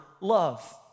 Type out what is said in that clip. love